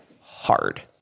hard